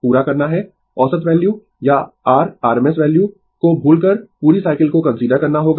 पूरा करना है औसत वैल्यू या r RMS वैल्यू को भूलकर पूरी साइकिल को कंसीडर करना होगा